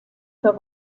für